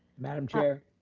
madam chair?